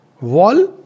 wall